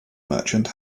merchant